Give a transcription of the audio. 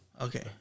Okay